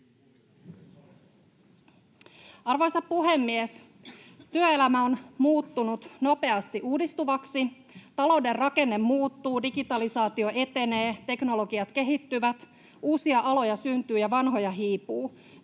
Arvoisa puhemies! Työelämä on muuttunut nopeasti uudistuvaksi, talouden rakenne muuttuu, digitalisaatio etenee, teknologiat kehittyvät, uusia aloja syntyy ja vanhoja hiipuu.